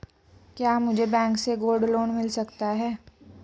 क्या मुझे बैंक से गोल्ड लोंन मिल सकता है?